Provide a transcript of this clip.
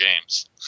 games